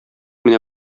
менә